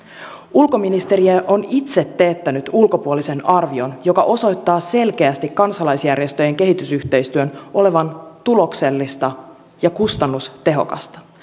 ulkoministeriö on itse teettänyt ulkopuolisen arvion joka osoittaa selkeästi kansalaisjärjestöjen kehitysyhteistyön olevan tuloksellista ja kustannustehokasta